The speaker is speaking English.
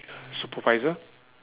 supervisor